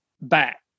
back